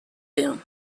them